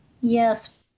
Yes